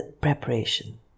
preparation